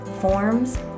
forms